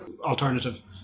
alternative